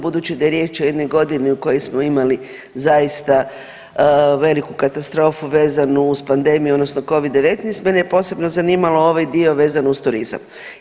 Budući da je riječ o jednoj godini u kojoj smo imali zaista veliku katastrofu vezanu uz pandemiju odnosno Covid-19 mene je posebno zanimalo ovaj dio vezan uz turizam.